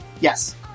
Yes